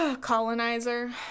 colonizer